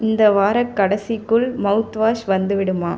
இந்த வாரக் கடைசிக்குள் மவுத்வாஷ் வந்துவிடுமா